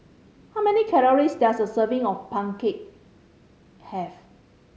how many calories does a serving of pumpkin cake have